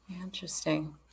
Interesting